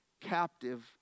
captive